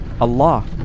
Allah